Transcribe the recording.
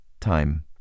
time